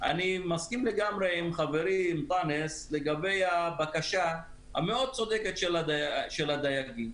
אני מסכים לגמרי עם חברי אנטאנס לגבי הבקשה המאוד צודקת של הדייגים,